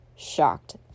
shocked